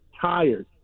tired